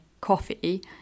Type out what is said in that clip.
coffee